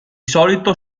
solito